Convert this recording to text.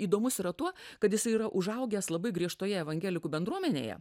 įdomus yra tuo kad jisai yra užaugęs labai griežtoje evangelikų bendruomenėje